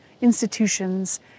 institutions